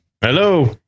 Hello